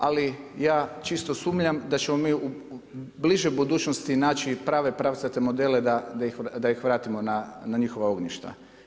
Ali ja čisto sumnjam da ćemo mi u bližoj budućnosti naći prave pravcate modele da ih vratimo na njihova ognjišta.